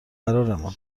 قرارمون